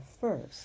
first